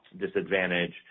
disadvantage